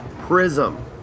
Prism